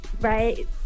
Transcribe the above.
right